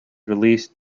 released